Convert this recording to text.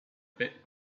bit